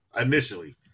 initially